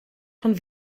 von